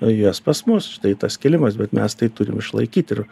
jas pas mus štai tas kilimas bet mes tai turim išlaikyti ir